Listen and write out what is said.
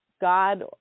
God